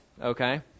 okay